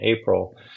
April